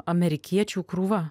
amerikiečių krūva